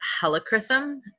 helichrysum